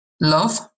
love